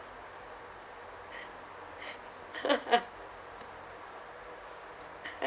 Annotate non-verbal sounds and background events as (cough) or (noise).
(laughs)